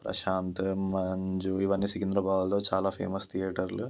ప్రశాంత్ మంజు ఇవన్నీ సికింద్రాబాద్లో చాలా ఫేమస్ థియేటర్లు